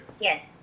yes